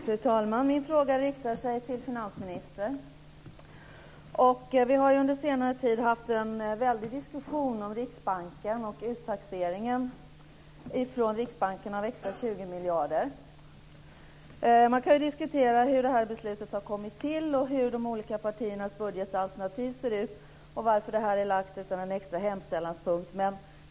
Fru talman! Min fråga riktar sig till finansministern. Vi har under senare tid haft en väldig diskussion om Riksbanken och uttaxeringen av 20 miljarder extra från Riksbanken. Man kan diskutera hur beslutet har kommit till, hur de olika partiernas budgetalternativ ser ut och varför det inte finns en särskild punkt om detta i förslaget.